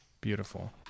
Beautiful